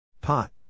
Pot